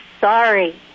sorry